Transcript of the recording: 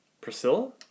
Priscilla